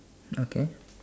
okay